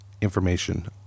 information